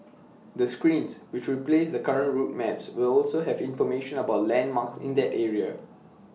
the screens which replace the current route maps will also have information about landmarks in that area